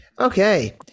Okay